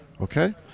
okay